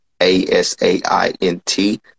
A-S-A-I-N-T